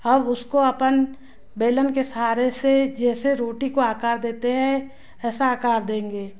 अब उसको अपन बेलन के सहारे से जैसे रोटी को आकार देते हैं ऐसा आकार देंगे